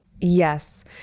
yes